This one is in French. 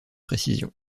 précision